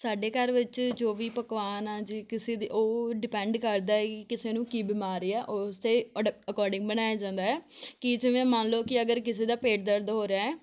ਸਾਡੇ ਘਰ ਵਿੱਚ ਜੋ ਵੀ ਪਕਵਾਨ ਆ ਜੇ ਕਿਸੇ ਦੇ ਉਹ ਡਿਪੈਂਡ ਕਰਦਾ ਹੈ ਕਿਸੇ ਨੂੰ ਕੀ ਬਿਮਾਰੀ ਆ ਉਸ ਅਡ ਅਕੋਡਿੰਗ ਬਣਾਇਆ ਜਾਂਦਾ ਆ ਕਿ ਜਿਵੇਂ ਮੰਨ ਲਓ ਕਿ ਅਗਰ ਕਿਸੇ ਦਾ ਪੇਟ ਦਰਦ ਹੋ ਰਿਹਾ ਹੈ